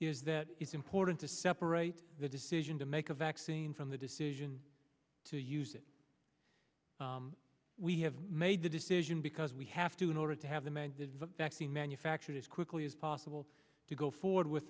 is that it's important to separate the decision to make a vaccine from the decision to use that we have made the decision because we have to in order to have them and the vaccine manufactured as quickly as possible to go forward with